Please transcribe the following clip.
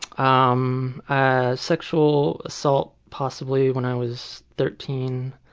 um ah sexual assault possibly, when i was thirteen.